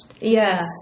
Yes